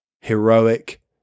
heroic